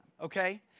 okay